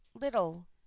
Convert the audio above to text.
little